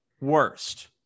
worst